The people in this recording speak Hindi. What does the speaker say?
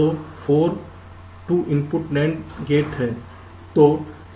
तो 4 2 इनपुट NAND रेट हैं